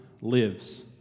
lives